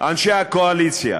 אנשי הקואליציה,